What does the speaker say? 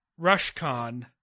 RushCon